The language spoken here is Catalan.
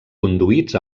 conduïts